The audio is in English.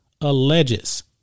alleges